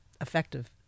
effective